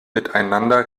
miteinander